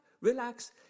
relax